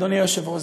אדוני היושב-ראש,